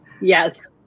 Yes